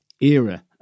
era